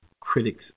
critics